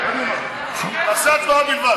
הורידו את זה.